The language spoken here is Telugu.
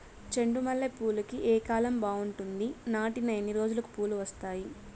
చెండు మల్లె పూలుకి ఏ కాలం బావుంటుంది? నాటిన ఎన్ని రోజులకు పూలు వస్తాయి?